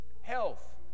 health